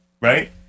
right